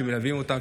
שמלווים אותם,